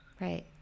Right